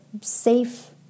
safe